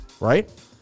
right